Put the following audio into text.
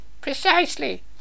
precisely